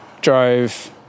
drove